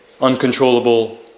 Uncontrollable